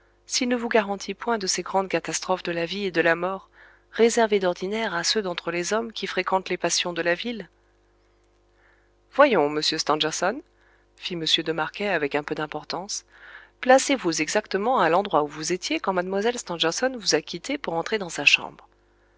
s'il ne vous garantit point de ces grandes catastrophes de la vie et de la mort réservées d'ordinaire à ceux d'entre les hommes qui fréquentent les passions de la ville voyons monsieur stangerson fit m de marquet avec un peu d'importance placez-vous exactement à l'endroit où vous étiez quand mlle stangerson vous a quitté pour entrer dans sa chambre